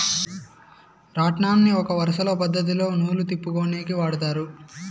రాట్నంని ఒక వరుస పద్ధతిలో నూలు తిప్పుకొనేకి వాడతారు